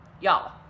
Y'all